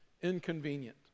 inconvenient